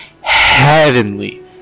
heavenly